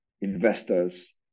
investors